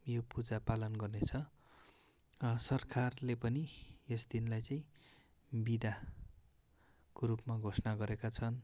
यो पूजा पालन गर्नेछ सरकारले पनि यस दिनलाई चाहिँ बिदाको रूपमा घोषणा गरेका छन्